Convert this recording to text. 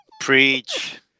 Preach